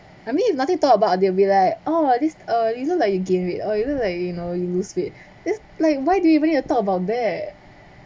I mean it's nothing talk about and they'll be like oh this err you look like you gain weight or you look like you know you lose weight this like why do you even wanna talk about that